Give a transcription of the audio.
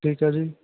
ਠੀਕ ਆ ਜੀ